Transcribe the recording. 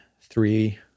three